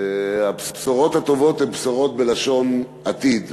הבשורות הטובות הן בשורות בלשון עתיד,